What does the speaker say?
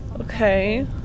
okay